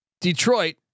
Detroit